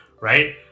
right